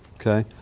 okay?